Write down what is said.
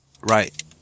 right